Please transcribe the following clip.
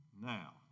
Now